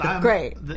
great